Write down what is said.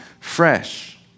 fresh